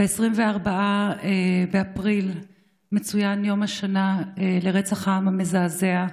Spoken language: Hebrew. ב-24 באפריל מצוין יום השנה לרצח העם המזעזע,